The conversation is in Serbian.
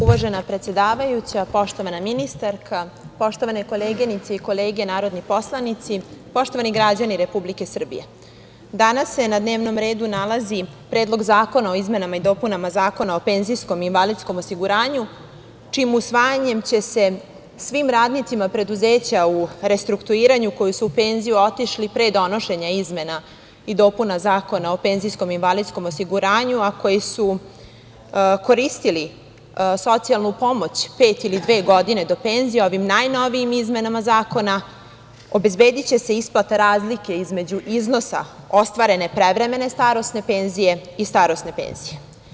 Uvažena predsedavajuća, poštovana ministarka, poštovane koleginice i kolege narodni poslanici, poštovani građani Republike Srbije, danas se na dnevnom redu nalazi Predlog zakona o izmenama i dopunama Zakona o penzijskom i invalidskom osiguranju, čijim usvajanjem će se svim radnicima preduzeća u restrukturiranju koji su u penziju otišli pre donošenja izmena i dopuna Zakona o penzijskom i invalidskom osiguranju, a koji su koristili socijalnu pomoć pet ili dve godine do penzije, ovim najnovijim izmenama Zakona obezbediće se isplata razlike između iznosa ostvarene prevremene starosne penzije i starosne penzije.